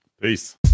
Peace